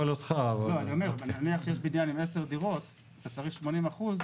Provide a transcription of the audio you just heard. נניח שיש בניין עם 10 דירות ואתה צריך 80%,